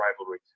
rivalry